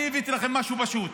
אני הבאתי לכם משהו פשוט,